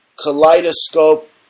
kaleidoscope